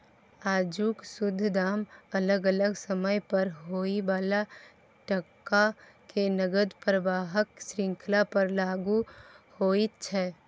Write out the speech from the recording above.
आजुक शुद्ध दाम अलग अलग समय पर होइ बला टका के नकद प्रवाहक श्रृंखला पर लागु होइत छै